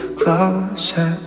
closer